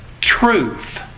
truth